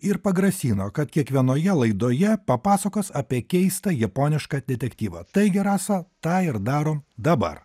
ir pagrasino kad kiekvienoje laidoje papasakos apie keistą japonišką detektyvą taigi rasa tą ir daro dabar